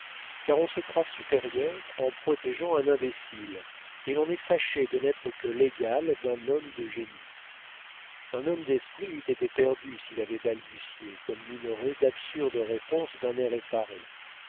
car on se croit supérieur en protégeant un imbécile et l'on est fâché de n'être que l'égal d'un homme de génie un homme d'esprit eût été perdu s'il avait balbutié comme minoret d'absurdes réponses d'un air effaré